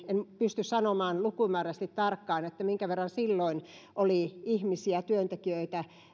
pysty sanomaan lukumääräisesti tarkkaan minkä verran oli ihmisiä työntekijöitä